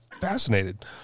fascinated